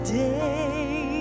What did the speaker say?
day